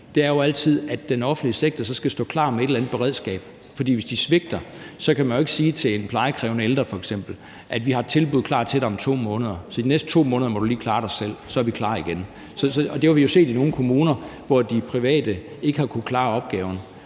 er det jo altid, at den offentlige sektor så skal stå klar med et eller andet beredskab. For hvis de svigter, kan man jo f.eks. ikke sige til en plejekrævende ældre: Vi har et tilbud klar til dig om 2 måneder, så de næste 2 måneder må du lige klare dig selv; så er vi klar igen. Det har vi jo set i nogle kommuner, hvor de private ikke har kunnet klare opgaven,